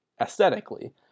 Aesthetically